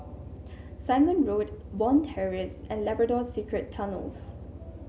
Simon Road Bond Terrace and Labrador Secret Tunnels